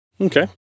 Okay